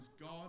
God